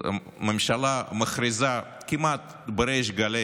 הממשלה מכריזה כמעט בריש גלי